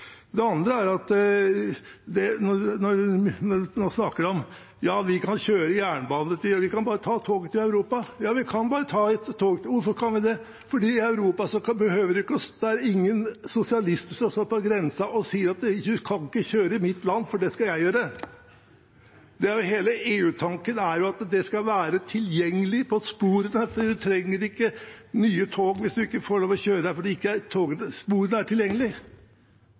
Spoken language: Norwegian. Det andre er at når vi nå snakker om at vi bare kan ta tog til Europa: Ja, vi kan bare ta et tog, og hvorfor kan vi det? Jo, for i Europa er det ingen sosialister som står på grensen og sier at du kan ikke kjøre i mitt land, for det skal jeg gjøre. Hele EU-tanken er at det skal være tilgjengelig på sporene. Man trenger ikke nye tog hvis man ikke får lov å kjøre der fordi sporene ikke er tilgjengelige. Hvis man skal kjøre tog mellom Sverige og Danmark, trenger man spesialtog, for strømstyrken er